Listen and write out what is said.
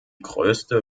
größte